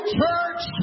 church